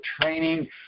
training